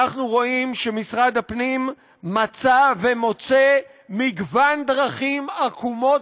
אנחנו רואים שמשרד הפנים מצא ומוצא מגוון דרכים עקומות